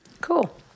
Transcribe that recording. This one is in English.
Cool